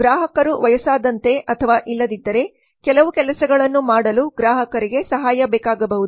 ಗ್ರಾಹಕರು ವಯಸ್ಸಾದಂತೆ ಅಥವಾ ಇಲ್ಲದಿದ್ದರೆ ಕೆಲವು ಕೆಲಸಗಳನ್ನು ಮಾಡಲು ಗ್ರಾಹಕರಿಗೆ ಸಹಾಯ ಬೇಕಾಗಬಹುದು